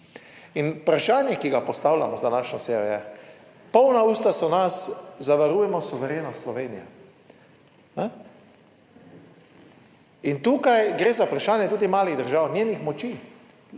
In vprašanje, ki ga postavljam z današnjo sejo, je; polna usta so nas, zavarujmo suverenost Slovenije, ne, in tukaj gre za vprašanje tudi malih držav, njenih moči.